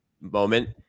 moment